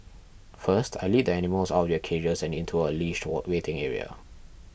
first I lead the animals out of their cages and into a leashed waiting area